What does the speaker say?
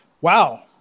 wow